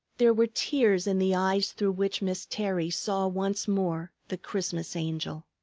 there were tears in the eyes through which miss terry saw once more the christmas angel.